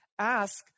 ask